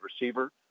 receiver